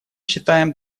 считаем